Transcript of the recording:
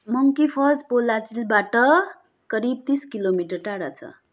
monkey Falls पोल्लाचीबाट करिब तिस किलोमिटर टाढा छ